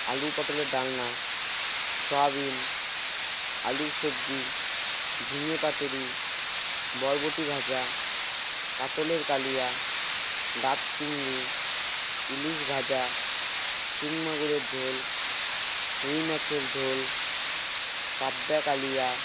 আলু পটলের ডালনা সোয়াবিন আলুর সবজি ঝিঙে পাতুড়ি বরবটি ভাজা কাতলের কালিয়া ডাব চিংড়ি ইলিশ ভাজা শিং মাগুরের ঝোল রুই মাছের ঝোল পাবদা কালিয়া